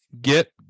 get